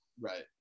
Right